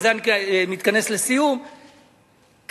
ובזה אני מתכנס לסיום,